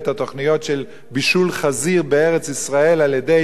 של בישול חזיר בארץ-ישראל על-ידי יהודים,